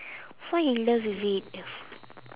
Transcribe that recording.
fall in love with it